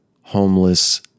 homeless